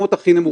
כן.